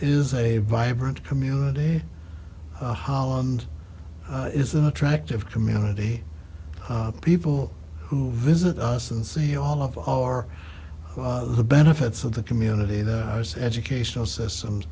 is a vibrant community holland is an attractive community people who visit us and see all of our the benefits of the community the educational systems